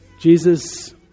Jesus